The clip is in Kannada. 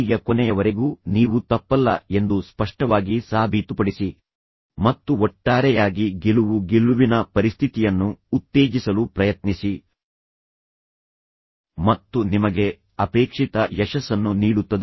ಯ ಕೊನೆಯವರೆಗೂ ನೀವು ತಪ್ಪಲ್ಲ ಎಂದು ಸ್ಪಷ್ಟವಾಗಿ ಸಾಬೀತುಪಡಿಸಿ ಮತ್ತು ಒಟ್ಟಾರೆಯಾಗಿ ಗೆಲುವು ಗೆಲುವಿನ ಪರಿಸ್ಥಿತಿಯನ್ನು ಉತ್ತೇಜಿಸಲು ಪ್ರಯತ್ನಿಸಿ ಮತ್ತು ನಿಮಗೆ ಅಪೇಕ್ಷಿತ ಯಶಸ್ಸನ್ನು ನೀಡುತ್ತದೆ